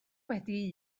wedi